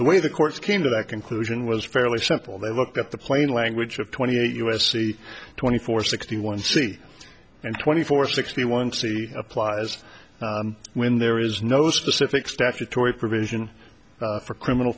the way the courts came to that conclusion was fairly simple they looked at the plain language of twenty eight u s c twenty four sixty one c and twenty four sixty one see applies when there is no specific statutory provision for criminal